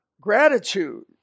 Gratitude